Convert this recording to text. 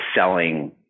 selling